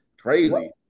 Crazy